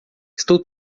estou